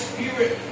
Spirit